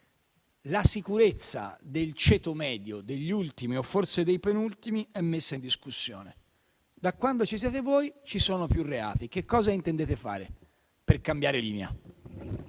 la sicurezza del ceto medio, degli ultimi o forse dei penultimi, è messa in discussione. Da quando ci siete voi, ci sono più reati. Che cosa intendete fare per cambiare linea?